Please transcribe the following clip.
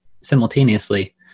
simultaneously